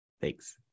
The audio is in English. Thanks